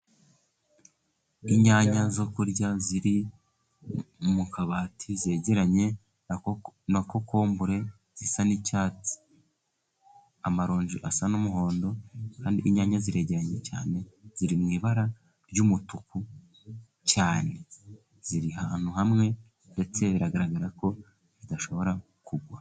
Inyanya zo kurya ziri mu kabati, zegeranye na kokombure zisa n'icyatsi. Amaronji asa n'umuhondo, kandi inyanya ziregeranye cyane, ziri mw'ibara ry'umutuku cyane, ziri ahantu hamwe, ndetse biragaragara ko zidashobora kugwa.